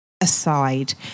aside